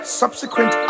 subsequent